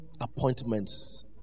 appointments